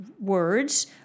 words